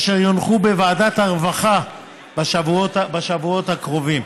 והן יונחו בוועדת הרווחה בשבועות הקרובים.